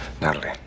natalie